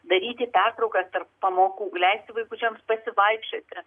daryti pertraukas tarp pamokų leisti vaikučiams pasivaikščioti